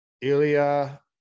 Ilya